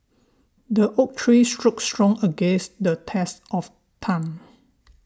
the oak tree stood strong against the test of time